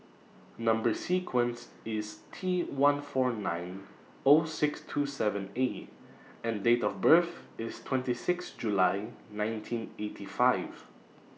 Number sequence IS T one four nine O six two seven A and Date of birth IS twenty six July nineteen eighty five